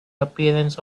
appearance